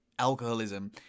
alcoholism